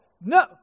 No